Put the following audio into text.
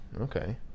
Okay